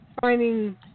finding